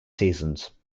seasons